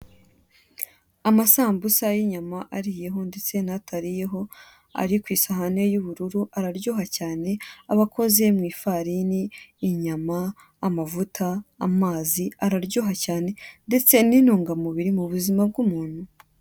Amasambusa y'inyama ariyeho ndetse natariyeho, ari ku isahane y'ubururu, araryoha cyane, aba akoze mu ifarine, inyama, amavuta, amazi, araryoha cyane, ndetse n'intungamubiri mu buzima bw'umuntu,